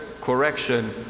correction